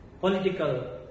political